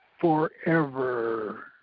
forever